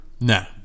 No